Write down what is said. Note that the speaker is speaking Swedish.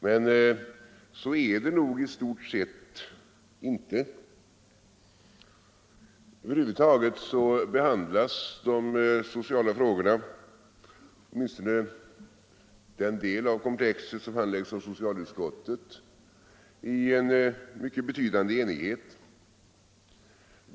Men så är det i stort sett inte. Över huvud taget behandlas de sociala frågorna, åtminstone den del av komplexet som handläggs av socialutskottet, i betydande enighet.